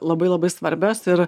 labai labai svarbios ir